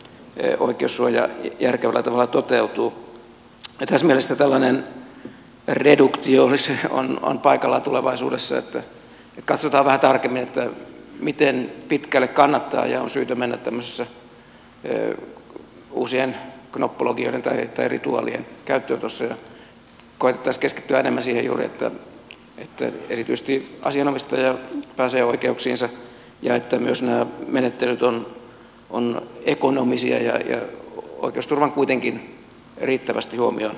tässä mielessä tällainen reduktio on paikallaan tulevaisuudessa että katsotaan vähän tarkemmin miten pitkälle kannattaa ja on syytä mennä tämmöisissä uusien knoppologioiden tai rituaalien käyttöönotossa ja koetettaisiin keskittyä enemmän siihen juuri että erityisesti asianomistaja pääsee oikeuksiinsa ja että myös nämä menettelyt ovat ekonomisia ja oikeusturvan kuitenkin riittävästi huomioon ottavia